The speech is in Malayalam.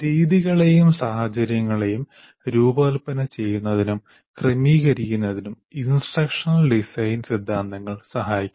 രീതികളെയും സാഹചര്യങ്ങളെയും രൂപകൽപ്പന ചെയ്യുന്നതിനും ക്രമീകരിക്കുന്നതിനും ഇൻസ്ട്രക്ഷണൽ ഡിസൈൻ സിദ്ധാന്തങ്ങൾ സഹായിക്കും